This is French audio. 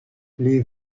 les